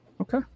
Okay